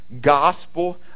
gospel